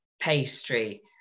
pastry